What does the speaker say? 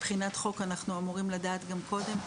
מבחינת חוק אנחנו אמורים לדעת גם קודם.